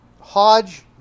Hodge